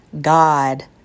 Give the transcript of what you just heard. God